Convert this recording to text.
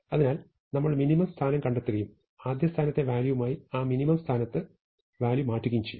അതിനാൽ നമ്മൾ മിനിമം സ്ഥാനം കണ്ടെത്തുകയും ആദ്യ സ്ഥാനത്തെ വാല്യൂവുമായി ആ മിനിമം സ്ഥാനത്ത് വാല്യൂ മാറ്റുകയും ചെയ്യും